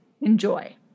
enjoy